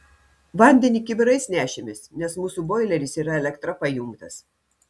vandenį kibirais nešėmės nes mūsų boileris yra elektra pajungtas